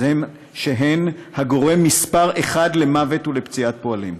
שהן הגורם מספר אחת למוות ולפציעת פועלים.